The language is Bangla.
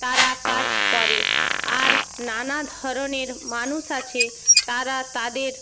তারা কাজ করে আর নানা ধরনের মানুষ আছে তারা তাদের